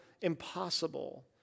impossible